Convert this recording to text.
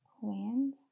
plans